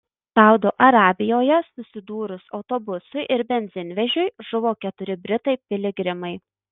saudo arabijoje susidūrus autobusui ir benzinvežiui žuvo keturi britai piligrimai